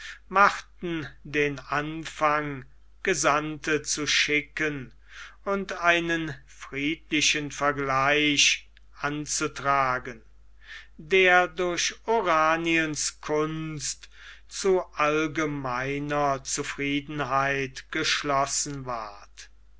machten den anfang gesandte zu schicken und einen friedlichen vergleich anzutragen der durch oraniens kunst zu allgemeiner zufriedenheit geschlossen ward